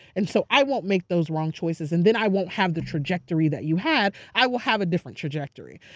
and so i won't make those wrong choices and then i won't have the trajectory that you had, i will have a different trajectory.